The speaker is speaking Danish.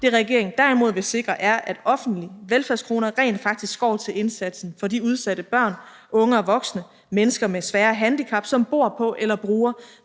Det, regeringen derimod vil sikre, er, at offentlige velfærdskroner rent faktisk går til indsatsen for de udsatte børn, unge og voksne mennesker med svære handicap, som bor på eller bruger